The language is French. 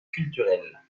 culturel